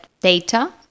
data